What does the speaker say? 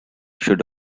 should